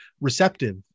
receptive